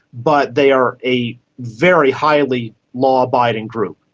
but they are a very highly law-abiding group,